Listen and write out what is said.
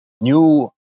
new